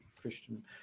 Christian